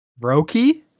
Roki